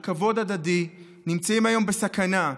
של כבוד הדדי, נמצאים היום בסכנה.